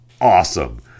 awesome